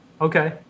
okay